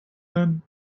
then